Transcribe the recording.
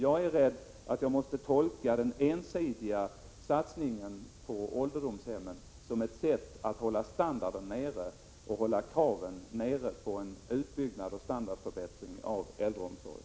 Jag är rädd att jag måste tolka den ensidiga satsningen på ålderdomshemmen som ett sätt att hålla standarden nere och hålla kraven nere på en utbyggnad och en standardförbättring av äldreomsorgen.